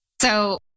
So-